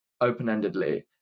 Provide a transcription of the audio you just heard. open-endedly